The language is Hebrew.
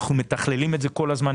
אנחנו מתכללים את זה כל הזמן.